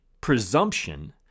presumption